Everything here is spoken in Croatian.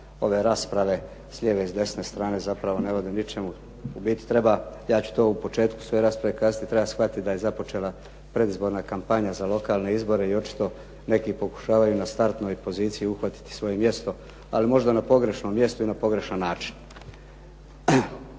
ove rasprave s lijeve i s desne strane zapravo ne vode ničemu. U biti treba, ja ću u početku sve rasprave, kasnije treba shvatiti da je započela predizborna kampanja za lokalne izbore i očito neki pokušavaju na startnoj poziciji uhvatiti svoje mjesto, ali možda na pogrešnom mjestu i na pogrešan način.